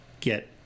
get